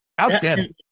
Outstanding